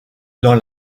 dans